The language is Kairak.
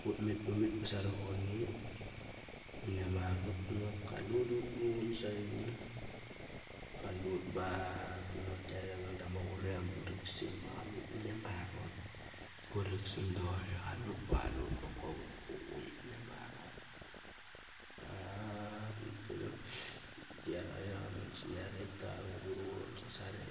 Ut met pavit ba sarovone mani ama arot banop kalut rut muqun saqi. Qalut bap bunaqot kiare ra veng dama qurem burik san ba qalut mani ama arot. Urik san doqori, qalut ba qalut nokop ut muqun mani ama arot ba nakt dang dang da yare qaman sa yarekt da qaruqum nut riva uron sasare.